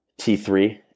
T3